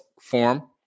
form